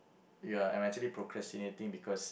ya I'm actually procrastinating because